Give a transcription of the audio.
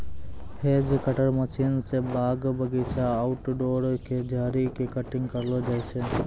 hedge cutter machine स बाग बगीचा, आउटडोर के झाड़ी के कटिंग करलो जाय छै